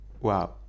Wow